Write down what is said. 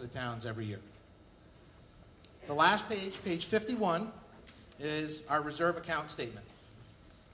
to the town's every year the last page of page fifty one is our reserve account statement